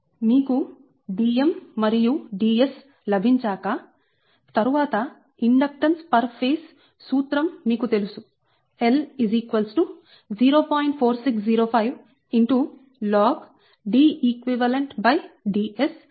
మీకు Dm మరియు Ds లభించాక దాని తరువాత ఇండక్టెన్స్ పర్ ఫేజ్ సూత్రం మీకు తెలుసు L0